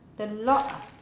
the lock